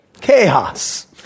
chaos